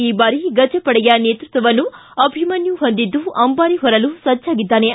ಈ ಬಾರಿ ಗಜಪಡೆಯ ನೇತೃತ್ವವನ್ನು ಅಭಿಮನ್ನು ಹೊಂದಿದ್ದು ಅಂಬಾರಿ ಹೊರಲು ಸಜ್ವಾಗಿದ್ದಾನೆ